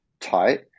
tight